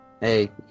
hey